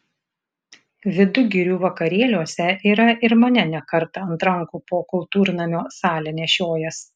vidugirių vakarėliuose yra ir mane ne kartą ant rankų po kultūrnamio salę nešiojęs